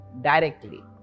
directly